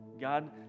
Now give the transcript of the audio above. God